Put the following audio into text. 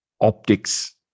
optics